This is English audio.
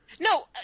No